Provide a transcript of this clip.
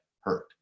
hurt